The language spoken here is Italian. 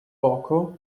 poco